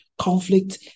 Conflict